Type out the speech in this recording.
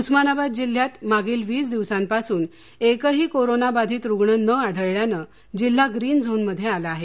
उस्मानाबाद जिल्ह्यात मागील वीस दिवसांपासून एकही कोरणा बाधित रुग्ण न आढळल्याने जिल्हा ग्रीन झोनमध्ये आला आहे